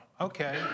okay